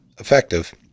effective